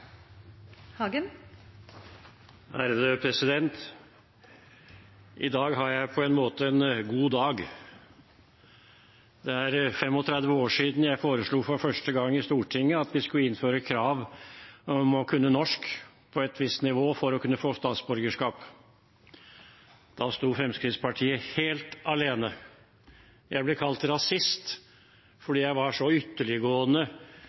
år siden jeg foreslo for første gang i Stortinget at vi skulle innføre krav om å kunne norsk på et visst nivå for å kunne få statsborgerskap. Da sto Fremskrittspartiet helt alene. Jeg ble kalt rasist fordi jeg var så ytterliggående